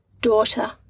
daughter